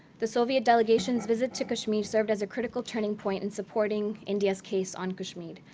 the soviet delegation's visit to kashmir served as a critical turning point in supporting india's case on kashmir.